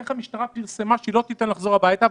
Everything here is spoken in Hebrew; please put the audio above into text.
איך המשטרה פרסמה שהיא לא תיתן לחזור הביתה?